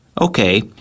Okay